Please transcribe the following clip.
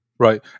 Right